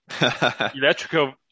Electrical